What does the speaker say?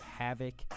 havoc